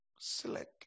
select